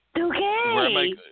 Okay